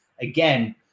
again